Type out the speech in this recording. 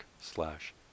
slash